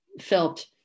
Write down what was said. felt